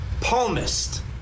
Palmist